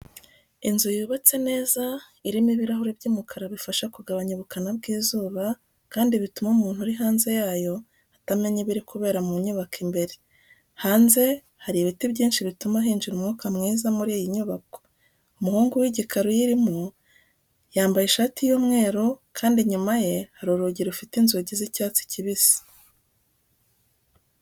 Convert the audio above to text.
Inzu yubatse neza irimo ibirahure by'umukara bifasha kugabanya ubukana bw'izuba kandi bituma umuntu uri hanze yayo atamenya ibiri kubera mu nyubako imbere. Hanze hari ibiti byinshi bituma hinjira umwuka mwiza muri iyi nyubako. Umuhungu w'igikara uyirimo yambaye ishati y'umweru kandi inyuma ye hari urugi rufite inzugi z'icyatsi kibisi.